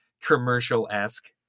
commercial-esque